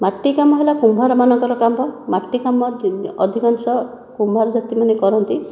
ମାଟି କାମ ହେଲା କୁମ୍ଭାର ମାନଙ୍କର କାମ ମାଟି କାମ ଅଧିକାଂଶ କୁମ୍ଭାର ଜାତିମାନେ କରନ୍ତି